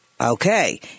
Okay